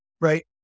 right